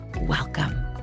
Welcome